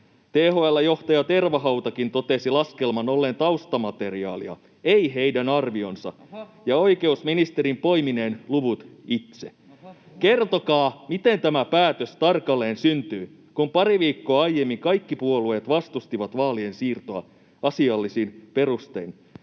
THL:n johtaja Tervahautakin totesi laskelman olleen taustamateriaalia, ei heidän arvionsa, [Eduskunnasta: Oho!] ja oikeusministerin poimineen luvut itse. Kertokaa, miten tämä päätös tarkalleen syntyi, kun pari viikkoa aiemmin kaikki puolueet vastustivat vaalien siirtoa asiallisin perustein.